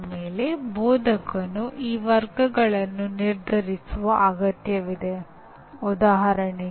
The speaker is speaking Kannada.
ಇವೆಲ್ಲವೂ ಮನುಷ್ಯನು ಮಾಡಬಹುದಾದ ಅರಿವಿನ ಚಟುವಟಿಕೆಗಳು